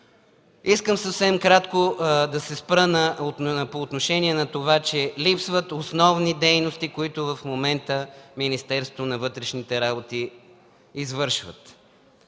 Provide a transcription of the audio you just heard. Искам съвсем кратко да се спра по отношение на това, че липсват основни дейности, които в момента Министерството на вътрешните работи извършва.